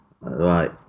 right